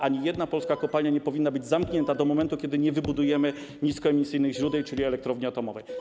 Ani jedna polska kopalnia nie powinna być zamknięta do momentu, kiedy nie wybudujemy niskoemisyjnych źródeł, czyli elektrowni atomowej.